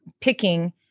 picking